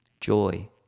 joy